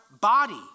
body